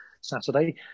Saturday